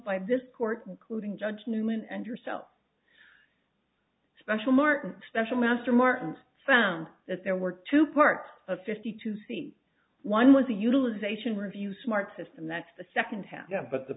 by this court concluded judge newman and yourself special martin special master martin found that there were two parts a fifty two c one was a utilization review smart system that's the second half but the